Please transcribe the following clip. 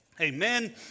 amen